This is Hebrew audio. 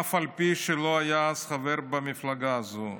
אף על פי שלא היה אז חבר במפלגה הזו.